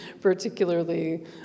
particularly